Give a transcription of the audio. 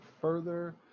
further